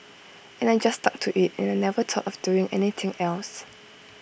and I just stuck to IT and I never thought of doing anything else